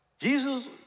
Jesus